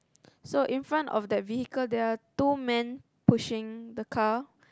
so in front of that vehicle there are two men pushing the car